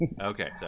Okay